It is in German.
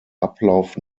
ablauf